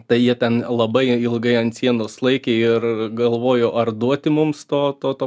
tai jie ten labai ilgai ant sienos laikė ir galvojo ar duoti mums to to to